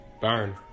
burn